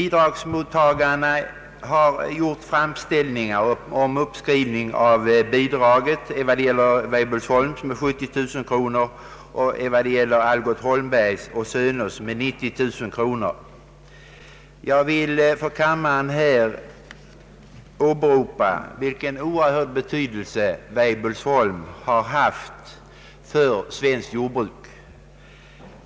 Bidragsmottagarna har gjort framställningar om uppskrivning av bidraget; Weibulisholm med 70 000 kronor och Algot Holmberg & söner med 90 000 kronor. Jag vill för kammaren här framhålla vilken oerhörd betydelse Weibullsholm har haft för svenskt jordbruk.